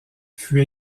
fut